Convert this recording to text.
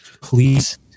Please